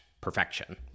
perfection